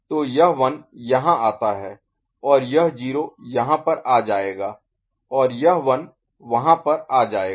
तो यह 1 यहाँ आता है और यह 0 यहाँ पर आ जाएगा और यह 1 वहाँ पर आ जाएगा